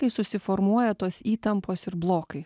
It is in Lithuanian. kai susiformuoja tos įtampos ir blokai